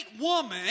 woman